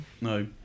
No